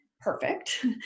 perfect